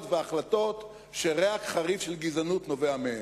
וההחלטות שריח חריף של גזענות נודף מהן.